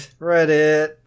Reddit